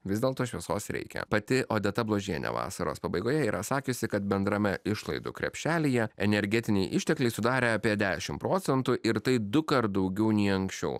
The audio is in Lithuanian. vis dėlto šviesos reikia pati odeta bložiene vasaros pabaigoje yra sakiusi kad bendrame išlaidų krepšelyje energetiniai ištekliai sudarė apie dešim procentų ir tai dukart daugiau nei anksčiau